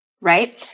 right